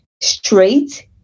straight